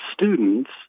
students